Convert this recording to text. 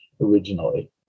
Originally